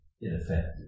ineffective